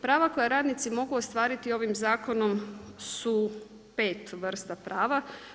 Prava koja radnici mogu ostvariti ovim zakonom su pet vrsta prava.